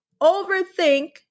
Overthink